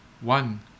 One